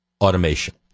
automation